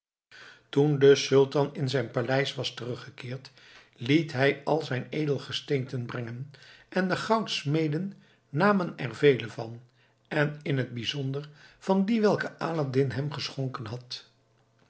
toen de sultan in zijn paleis was teruggekeerd liet hij al zijn edelgesteenten brengen en de goudsmeden namen er vele van en in t bijzonder van die welke aladdin hem geschonken had